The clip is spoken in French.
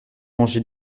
manger